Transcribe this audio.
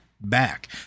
back